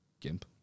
Gimp